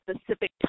specific